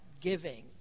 giving